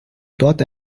dort